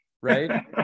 right